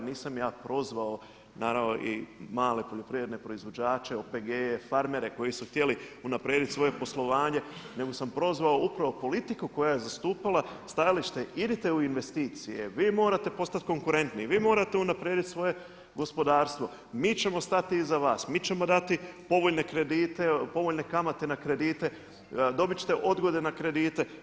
Nisam ja prozvao naravno i male poljoprivredne proizvođače, OPG-e, farmere koji su htjeli unaprijediti svoje poslovanje, nego sam prozvao upravo politiku koja je zastupala stajalište idite u investicije, vi morate postati konkurentniji, vi morate unaprijediti svoje gospodarstvo, mi ćemo stati iza vas, mi ćemo dati povoljne kredite, povoljne kamate na kredite, dobit ćete odgode na kredite.